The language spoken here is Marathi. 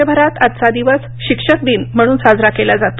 देशभरात आजचा दिवस शिक्षक दिन म्हणून साजरा केला जातो